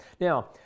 Now